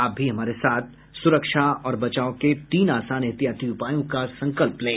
आप भी हमारे साथ सुरक्षा और बचाव के तीन आसान एहतियाती उपायों का संकल्प लें